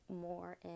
more